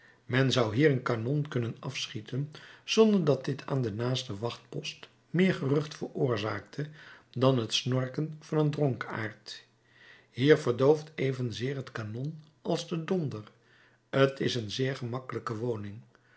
men zou hier een kanon kunnen afschieten zonder dat dit aan de naaste wachtpost meer gerucht veroorzaakte dan het snorken van een dronkaard hier verdooft evenzeer het kanon als de donder t is een zeer gemakkelijke woning